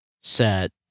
set